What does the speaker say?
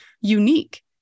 unique